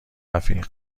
رفیق